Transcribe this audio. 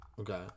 okay